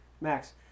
Max